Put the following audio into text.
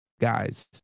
guys